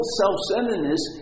self-centeredness